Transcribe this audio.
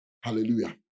Hallelujah